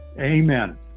Amen